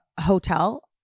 hotel